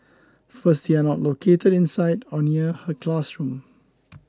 first they are not located inside or near her classroom